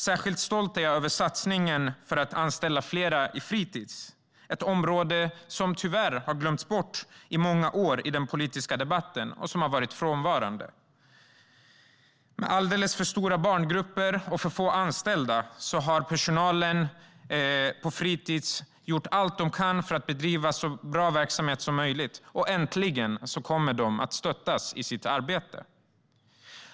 Särskilt stolt är jag över satsningen på att anställa fler i fritis, ett område som tyvärr har glömts bort i många år och varit frånvarande i den politiska debatten. Trots alldeles för stora barngrupper och för få anställda har personalen på fritis gjort allt de kunnat för att bedriva så bra verksamhet som möjligt. Äntligen kommer de att stöttas i sitt arbete.